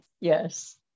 Yes